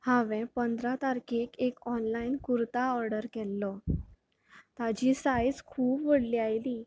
हांवें पंदरा तारकेर एक ऑनलायन कुर्ता ऑर्डर केल्लो ताजी सायज खूब व्हडली आयली